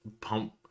pump